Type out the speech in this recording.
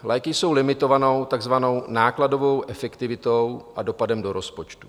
Léky jsou limitovanou, takzvanou nákladovou efektivitou a dopadem do rozpočtu.